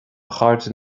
chairde